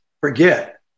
forget